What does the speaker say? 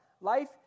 Life